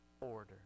order